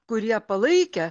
kurie palaikė